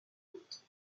route